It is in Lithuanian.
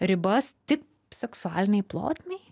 ribas tik seksualinei plotmei